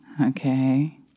okay